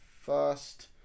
first